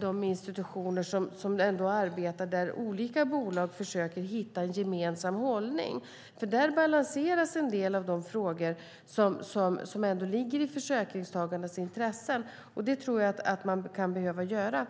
de institutioner som arbetar där olika bolag försöker hitta en gemensam hållning. Där balanseras nämligen en del av de frågor som ändå ligger i försäkringstagarnas intressen, och det tror jag kan behöva göras.